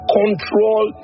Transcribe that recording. control